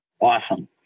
Awesome